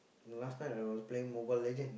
last night I was playing Mobile-Legends